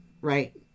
right